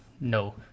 no